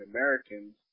Americans